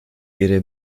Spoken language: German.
ihre